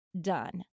done